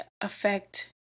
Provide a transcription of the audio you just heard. affect